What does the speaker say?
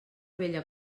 vella